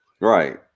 right